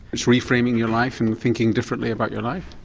it's reframing your life and thinking differently about your life?